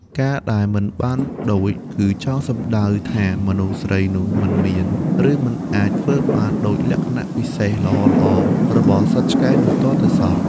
ការដែល "មិនបានដូច" គឺចង់សំដៅថា មនុស្សស្រីនោះមិនមាន ឬមិនអាចធ្វើបានដូចលក្ខណៈពិសេសល្អៗរបស់សត្វឆ្កែនោះទាល់តែសោះ។